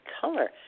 color